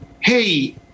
Hey